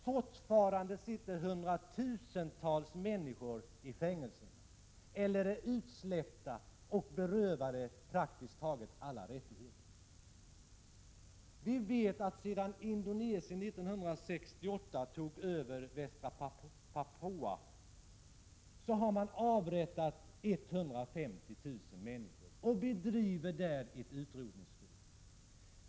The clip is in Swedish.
Fortfarande sitter hundratusentals människor i fängelser eller är utsläppta och berövade praktiskt taget alla rättigheter. Vi vet att sedan Indonesien tog över Väst-Papua 1969 har 150 000 människor avrättats. Man bedriver där ett utrotningskrig.